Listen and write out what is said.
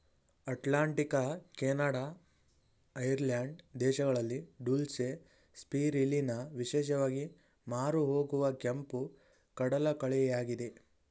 Atlantic, Canada, Ireland ದೇಶಗಳಲ್ಲಿ dulse, spirulina ವಿಶೇಷವಾಗಿ ಮಾರುಹೋಗುವ ಕೆಂಪು ಕಡಲಕಳೆಯಾಗಿದೆ